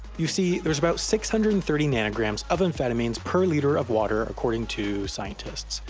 you see, there's about six hundred and thirty nanogram of amphetamines per liter of water according to scientists.